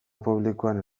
publikoan